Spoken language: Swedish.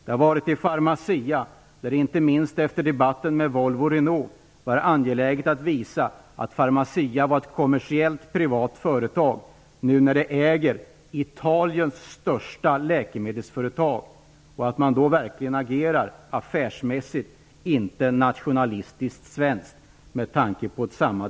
Så var det med Pharmacia, då det inte minst efter debatten om Volvo-Renault var angeläget att visa att Pharmacia är ett kommersiellt privat företag, som ju äger Italiens största läkemedelsföretag, och verkligen agerar affärsmässigt, inte nationalistiskt svenskt.